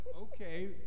okay